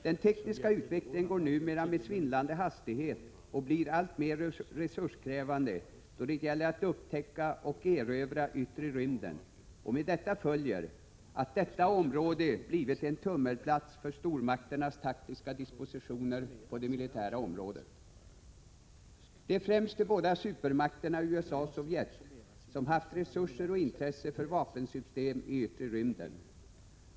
Den tekniska utvecklingen går numera med svindlande hastighet och blir alltmer resurskrävande då det gäller att upptäcka och erövra yttre rymden, och med detta följer att detta område blivit en tummelplats för stormakternas taktiska dispositioner på det militära området. Det är främst de båda supermakterna, USA och Sovjet, som haft resurser och intresse för vapensystem i yttre rymden.